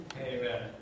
Amen